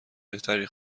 بهتری